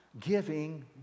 giving